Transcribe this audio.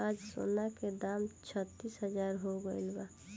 आज सोना के दाम छत्तीस हजार हो गइल बा